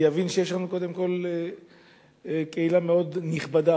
יבין שיש לנו קודם כול קהילה מאוד נכבדה.